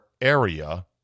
area